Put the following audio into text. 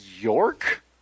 York